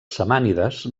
samànides